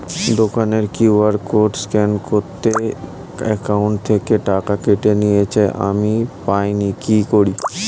দোকানের QR code scan করাতে account থেকে টাকা কেটে নিয়েছে, আমি পাইনি কি করি?